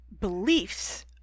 beliefs